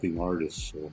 artists